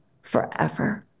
forever